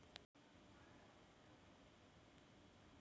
गैर बँकिंग कार्य कोणती आहेत?